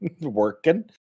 working